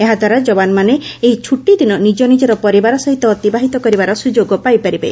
ଏହାଦ୍ୱାରା ଯବାନମାନେ ଏହି ଛୁଟିଦିନ ନିଜ ନିଜର ପରିବାର ସହିତ ଅତିବାହିତ କରିବାର ସୁଯୋଗ ପାଇପାରିବେ